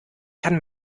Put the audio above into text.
kann